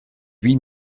huit